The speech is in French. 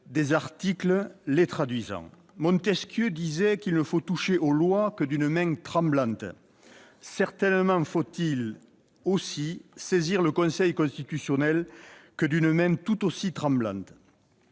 des articles les traduisant. Montesquieu disait qu'il ne faut toucher aux lois que d'une main tremblante. Certainement faut-il aussi saisir le Conseil constitutionnel d'une main tout aussi tremblante.